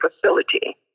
facility